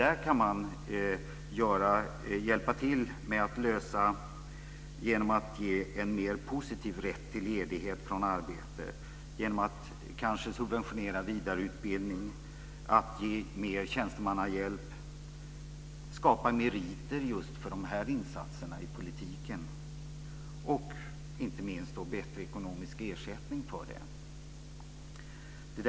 Man kan bidra till detta genom att ge en mera positiv rätt till ledighet från arbetet, kanske subventionera vidareutbildning, ge mer av tjänstemannahjälp, skapa meriter för insatser i politiken och inte minst få bättre ekonomisk ersättning för sådana.